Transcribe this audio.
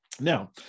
Now